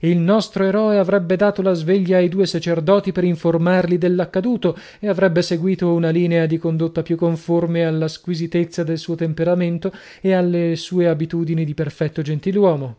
il nostro eroe avrebbe dato la sveglia ai due sacerdoti per informarli dell'accaduto e avrebbe seguito una linea di condotta più conforme alla squisitezza del suo temperamento ed alle sue abitudini di perfetto gentiluomo